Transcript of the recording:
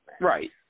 Right